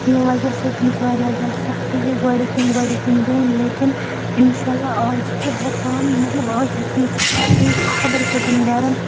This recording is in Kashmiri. ییٚمہِ وَجہ سۭتۍ تٔمِس واریاہ زیادٕ سَختی گےٚ گۄڈِکیٚن گۄڈِکیٚن دۄہَن لیکِن اِنشاء اللہ آز چھِ سُہ ہیٚکان مطلب آز ہیٚکہِ نہٕ سُہ پَکنٲیِتھ خبر کٔژَن گَرَن